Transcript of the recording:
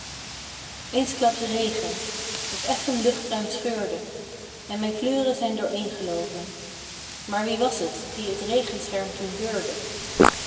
eensklaps regen t effen luchtruim scheurde en mijn kleuren zijn dooreengeloopen maar wie was t die t regenscherm toen beurde